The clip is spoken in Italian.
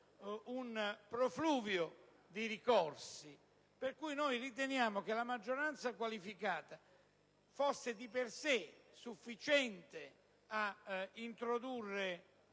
un profluvio di ricorsi. Noi riteniamo che la maggioranza qualificata sia di per sé sufficiente ad introdurre